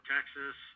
Texas